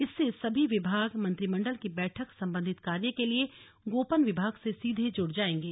इससे सभी विभाग मंत्रिमण्डल की बैठक सम्बन्धित कार्य के लिए गोपन विभाग से सीधे जुड़ जाएंगे